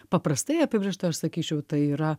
paprastai apibrėžta aš sakyčiau tai yra